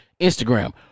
Instagram